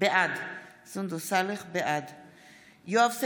אינו נוכח גדעון סער, נגד מנסור עבאס,